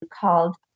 called